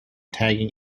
tagging